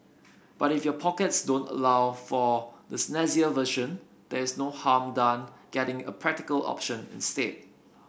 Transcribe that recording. but if your pockets don't allow for the snazzier version there is no harm done getting a practical option instead